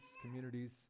communities